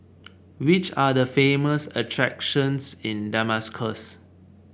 which are the famous attractions in Damascus